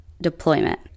deployment